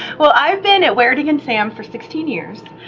well, i've been at wear it again sam, for sixteen years.